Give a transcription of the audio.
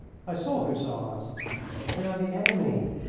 i saw hussars. they are the enemy.